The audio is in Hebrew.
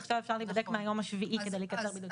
עכשיו אפשר להיבדק מהיום השביעי כדי לקצר בידוד,